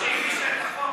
שהגישה את החוק,